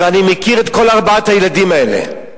ואני מכיר את כל ארבעת הילדים האלה,